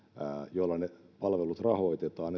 joilla ne palvelut rahoitetaan